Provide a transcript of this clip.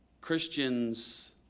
Christians